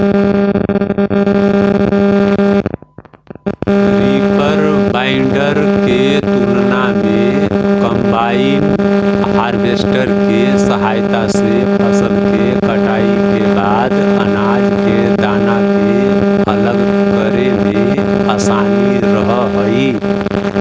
reaper binder के तुलना में कम्बाइन हार्वेस्टर के सहायता से फसल के कटाई के बाद अनाज के दाना के अलग करे में असानी रहऽ हई